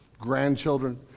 grandchildren